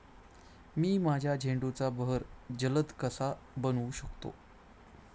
मी माझ्या झेंडूचा बहर जलद कसा बनवू शकतो?